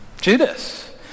Judas